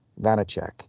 Vanacek